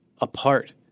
Apart